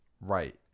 Right